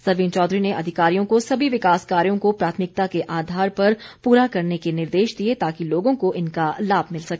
सरवीण चौधरी ने अधिकारियों को सभी विकास कार्यों को प्राथमिकता के आधार पर पूरा करने के निर्देश दिए ताकि लोगों को इनका लाभ मिल सके